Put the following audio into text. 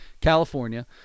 California